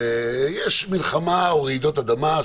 ויש מלחמה או רעידות אדמה,